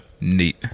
neat